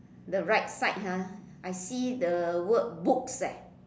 the right side ah I see the word books eh